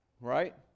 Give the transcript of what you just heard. Right